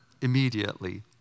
Immediately